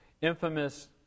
infamous